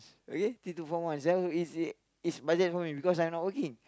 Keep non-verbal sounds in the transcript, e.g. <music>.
okay three to four months uh is <noise> is budget for me because I not working